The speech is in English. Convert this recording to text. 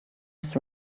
his